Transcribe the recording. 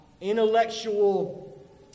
intellectual